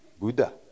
Buddha